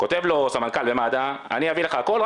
כותב לו סמנכ"ל במד"א אני אביא לך הכול,